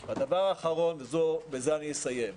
הדבר האחרון ובזה אני אסיים,